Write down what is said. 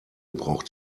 braucht